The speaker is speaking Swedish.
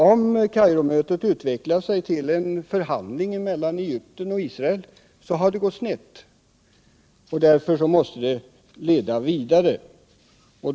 Om Kairomötet utvecklar sig till en förhandling mellan Egypten och Israel har det ju gått snett, och därför måste förhandlingarna fortsättas.